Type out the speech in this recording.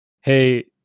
hey